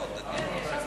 חוק